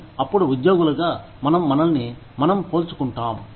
కానీ అప్పుడు ఉద్యోగులుగా మనం మనల్ని మనం పోల్చుకుంటాం